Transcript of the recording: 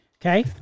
Okay